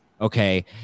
Okay